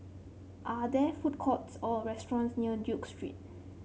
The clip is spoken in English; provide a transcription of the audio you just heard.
are there food courts or restaurants near Duke Street